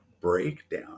breakdown